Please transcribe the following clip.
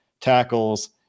tackles